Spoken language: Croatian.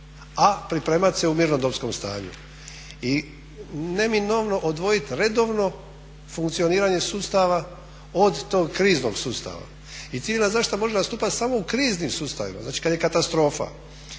a pripremat se u mirnodopskom stanju i neminovno odvojit redovno funkcioniranje sustava od tog kriznog sustava. I civilna zaštita može nastupat samo u kriznim sustavima, znači kad je katastrofa.